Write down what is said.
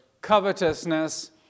covetousness